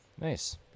nice